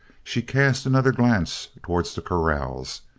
she cast another glance towards the corrals.